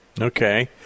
Okay